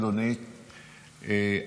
אדוני,